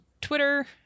Twitter